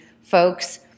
folks